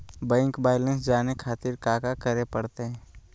Bank balance जाने खातिर काका करे पड़तई?